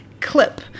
clip